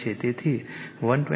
તેથી 120